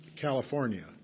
California